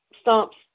stumps